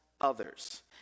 others